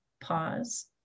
pause